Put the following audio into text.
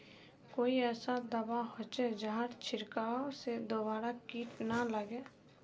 कोई ऐसा दवा होचे जहार छीरकाओ से दोबारा किट ना लगे?